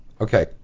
Okay